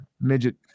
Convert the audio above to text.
midget